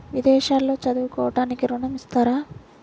విదేశాల్లో చదువుకోవడానికి ఋణం ఇస్తారా?